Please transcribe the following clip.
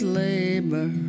labor